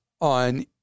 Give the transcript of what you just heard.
on